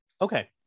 okay